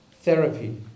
therapy